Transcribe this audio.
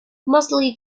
mostly